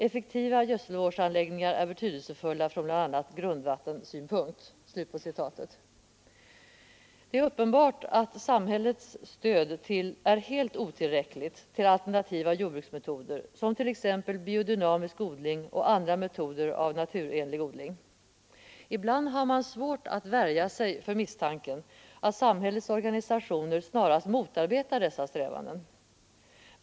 ——— Effektiva gödselvårdsanläggningar är betydelsefulla från bland annat grundvattenssynpunkt.” Det är uppenbart att samhällets stöd är helt otillräckligt till alternativa jordbruksmetoder, t.ex. biodynamisk odling och andra metoder av naturenlig odling. Ibland har man svårt att värja sig för misstanken att samhällets organisationer snarast motarbetar dessa strävanden.